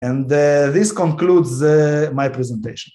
And this concludes my presentation.